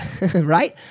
right